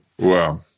Wow